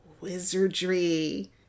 Wizardry